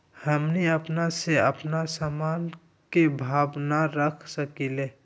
हमनी अपना से अपना सामन के भाव न रख सकींले?